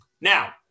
Now